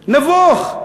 נבוך.